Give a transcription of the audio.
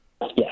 Yes